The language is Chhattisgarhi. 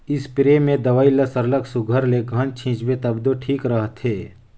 इस्परे में दवई ल सरलग सुग्घर ले घन छींचबे तब दो ठीक रहथे